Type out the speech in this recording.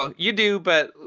ah you do, but,